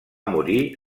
morir